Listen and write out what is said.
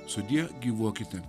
sudie gyvuokite